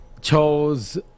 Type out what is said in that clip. chose